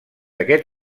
aquest